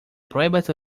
pruebas